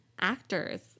actors